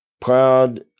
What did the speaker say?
proud